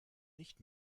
nicht